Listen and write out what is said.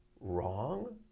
wrong